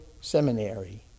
Seminary